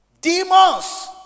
Demons